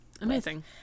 Amazing